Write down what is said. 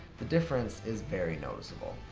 the difference is very noticeable.